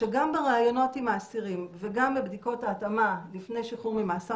שגם בריאיונות עם האסירים וגם בבדיקות ההתאמה לפני שחרור ממאסר